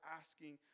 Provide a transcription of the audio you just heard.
asking